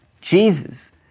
Jesus